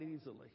easily